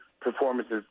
performances